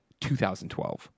2012